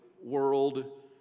world